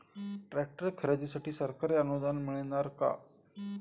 Tractor खरेदीसाठी सरकारी अनुदान मिळणार का?